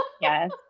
Yes